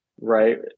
right